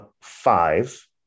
five